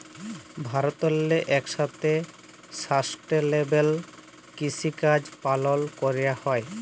ভারতেল্লে ইকসাথে সাস্টেলেবেল কিসিকাজ পালল ক্যরা হ্যয়